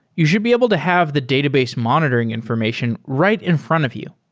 you should be able to have the database monitoring information right in front of you.